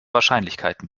wahrscheinlichkeiten